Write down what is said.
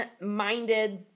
minded